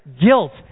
guilt